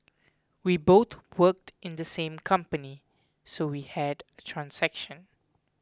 we both work in the same company so we had transaction